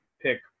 pick